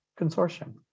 Consortium